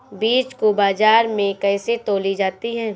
बीज को बाजार में कैसे तौली जाती है?